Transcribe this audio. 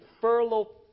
furlough